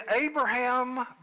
Abraham